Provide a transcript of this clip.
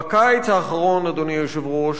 בקיץ האחרון, אדוני היושב-ראש,